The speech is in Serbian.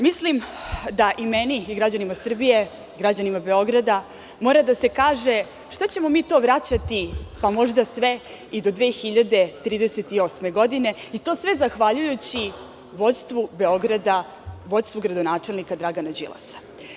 Mislim da meni, građanima Srbije i građanima Beograda mora da se kaže šta ćemo mi to vraćati, a možda i sve do 2038. godine, i to sve zahvaljujući vođstvu gradonačelnika Dragana Đilasa.